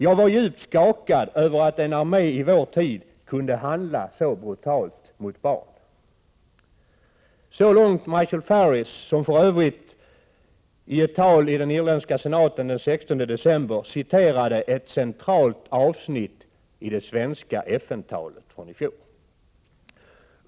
Jag var djupt skakad över att en armé i vår tid kunde handla så brutalt mot skolbarn.” Så långt Michael Ferris, som för övrigt i ett tal i den irländska senaten den 16 december citerade ett centralt avsnitt i det svenska FN-talet från i fjol.